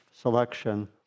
selection